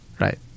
Right